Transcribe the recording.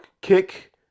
kick